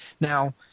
Now